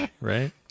right